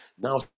Now